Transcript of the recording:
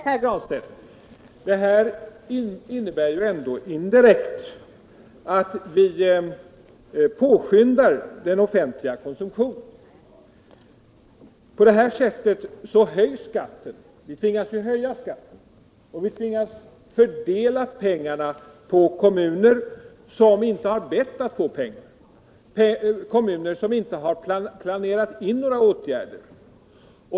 Herr talman! En del av det som Pär Granstedt sade vill jag inte helt kategoriskt avvisa. Vissa av hans synpunkter kan jag ha förståelse för. Det framgick också av mitt inlägg när jag pekade på de kommuner som har alldeles speciella svårigheter. Jag framhöll särskilt de kommuner som har problem vars orsaker ligger utanför kommunens kontroll. Sådant måste vi självfallet ta hänsyn till — det är jag helt medveten om.